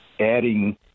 adding